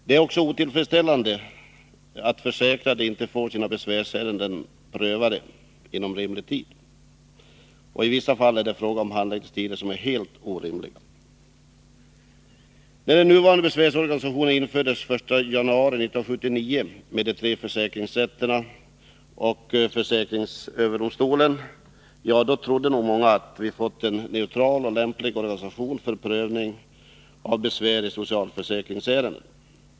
Det är också otillfredsställande för försäkrade som inte får sina besvärsärenden prövade i rimlig tid. I vissa fall är det fråga om helt orimliga handläggningstider. När den nuvarande besvärsorganisationen infördes den 1 januari 1979, med de tre försäkringsrätterna och försäkringsöverdomstolen, trodde nog många att vi fått en neutral och lämplig organisation för prövning av besvär i socialförsäkringsärenden.